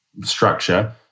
structure